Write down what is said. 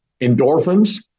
endorphins